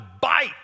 bite